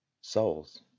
souls